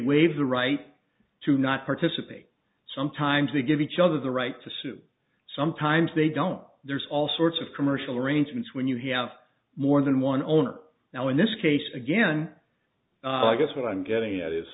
waive the right to not participate sometimes they give each other the right to sue sometimes they don't there's all sorts of commercial arrangements when you have more than one owner now in this case again i guess what i'm getting at is